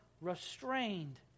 restrained